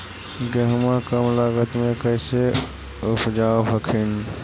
गेहुमा कम लागत मे कैसे उपजाब हखिन?